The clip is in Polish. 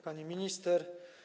Pani Minister!